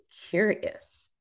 curious